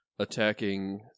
Attacking